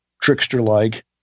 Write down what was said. trickster-like